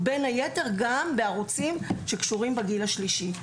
בין היתר גם בערוצים שקשורים בגיל השלישי.